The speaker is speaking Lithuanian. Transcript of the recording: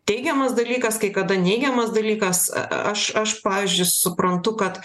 teigiamas dalykas kai kada neigiamas dalykas aš aš pavyzdžiui suprantu kad